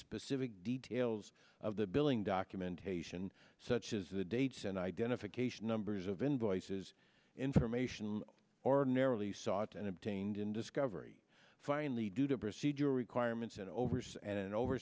specific details of the billing documentation such as the dates and identification numbers of invoices information ordinarily sought and obtained in discovery finally do the procedure requirements and overs and over